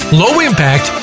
low-impact